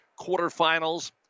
quarterfinals